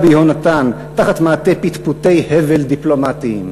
ביהונתן תחת מעטה פטפוטי הבל דיפלומטיים,